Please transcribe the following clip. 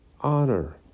honor